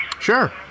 Sure